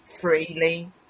freely